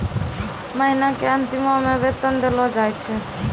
महिना के अंतिमो मे वेतन देलो जाय छै